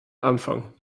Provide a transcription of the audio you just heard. anfang